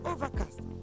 Overcast